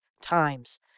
times